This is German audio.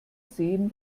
sehen